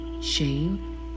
shame